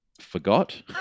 forgot